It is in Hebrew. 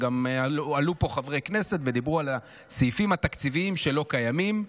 עלו פה חברי כנסת ודיברו על הסעיפים התקציביים שלא קיימים,